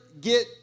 get